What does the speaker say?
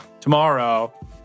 tomorrow